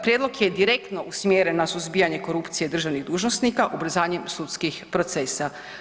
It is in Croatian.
Prijedlog je direktno usmjeren za suzbijanje korupcije državnih dužnosnika ubrzanjem sudskih procesa.